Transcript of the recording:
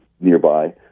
nearby